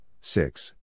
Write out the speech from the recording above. six